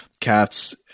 Cats